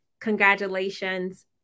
congratulations